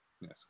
Yes